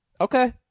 Okay